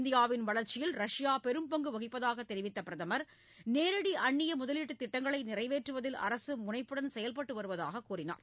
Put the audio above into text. இந்தியாவின் வளர்ச்சியில் ரஷ்யா பெரும் பங்கு வகிப்பதாக தெரிவித்த பிரதமர் நேரடி அந்நிய முதலீட்டு திட்டங்களை நிறைவேற்றுவதில் அரசு முனைப்புடன் செயல்பட்டு வருவதாக தெரிவித்தார்